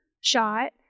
shot